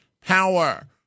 power